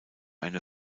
eine